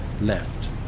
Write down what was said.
left